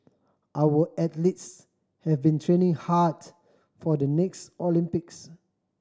our athletes have been training hard for the next Olympics